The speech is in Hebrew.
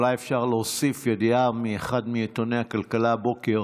אולי אפשר להוסיף ידיעה מאחד מעיתוני הכלכלה הבוקר